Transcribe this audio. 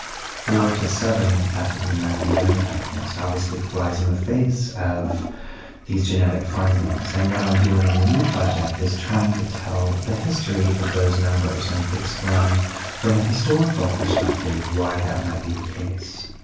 four to seven african american men are diagnosed, this obviously flies in the face of these genetic findings. and what i'm doing in the new project is trying to tell the history of those numbers and explain from a historical perspective why that might be the case.